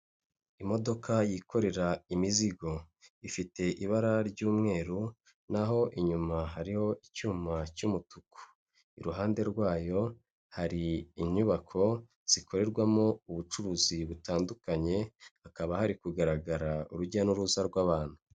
Imodoka yikorera imizigo ifite ibara ry'umweru, naho inyuma hariho icyuma cy'umutuku, iruhande rwayo hari inyubako zikorerwamo ubucuruzi butandukanye, hakaba hari kugaragara urujya n'uruza rw'abantu.